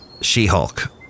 She-Hulk